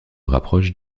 rapproche